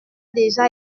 déjà